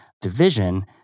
division